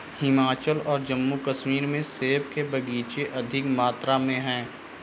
हिमाचल और जम्मू कश्मीर में सेब के बगीचे अधिक मात्रा में है